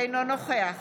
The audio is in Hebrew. אינו נוכח